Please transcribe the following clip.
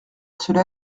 cela